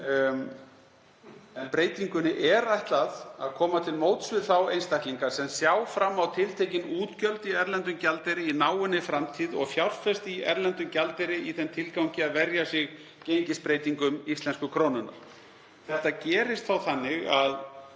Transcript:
Breytingunni er ætlað að koma til móts við þá einstaklinga sem sjá fram á tiltekin útgjöld í erlendum gjaldeyri í náinni framtíð og fjárfesta í erlendum gjaldeyri í þeim tilgangi að verja sig gengisbreytingum íslensku krónunnar. Þetta gerist þá þannig að